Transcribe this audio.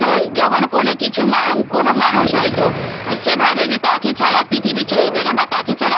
তো যখন কোনো কিছু মা কোনো মানুষ হয়তো ও সে ভাবে যে তাকে ছাড়া পৃথিবী চলবে না বা তাকে ছাড়া